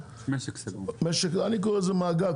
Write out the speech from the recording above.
אני קורא לזה מעגל,